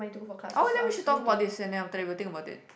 oh then we should talk about this and then after that we will think about it